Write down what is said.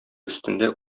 өстендә